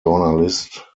journalist